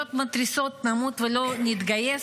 קריאות מתריסות: נמות ולא נתגייס.